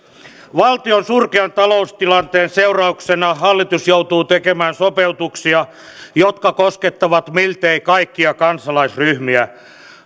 valtion surkean taloustilanteen seurauksena hallitus joutuu tekemään sopeutuksia jotka koskettavat miltei kaikkia kansalaisryhmiä